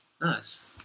Nice